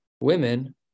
women